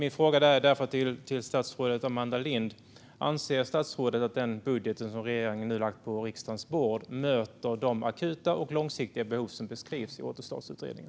Min fråga till statsrådet Amanda Lind är därför: Anser statsrådet att den budget som regeringen nu lagt på riksdagens bord möter de akuta och långsiktiga behov som beskrivs i Återstartsutredningen?